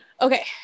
okay